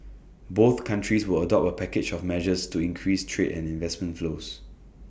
both countries will adopt A package of measures to increase trade and investment flows